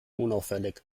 unauffällig